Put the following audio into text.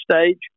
stage